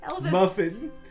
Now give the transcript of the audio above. Muffin